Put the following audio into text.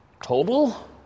Total